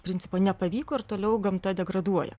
principo nepavyko ir toliau gamta degraduoja